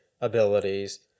abilities